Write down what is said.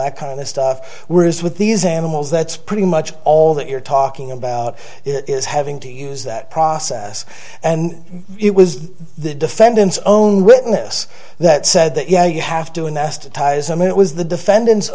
that kind of stuff were used with these animals that's pretty much all that you're talking about it is having to use that process and it was the defendant's own witness that said that yeah you have to anesthetize i mean it was the defendant's